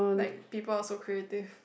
like people are so creative